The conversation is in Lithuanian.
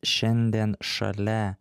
šiandien šalia